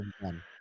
one